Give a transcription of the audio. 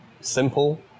simple